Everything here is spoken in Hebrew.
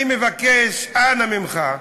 אני מבקש, אנא ממך,